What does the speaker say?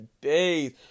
days